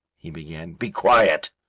he began. be quiet,